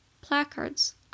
placards